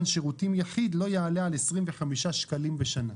שירותים יחיד לא יעלה על 25 שקלים בשנה".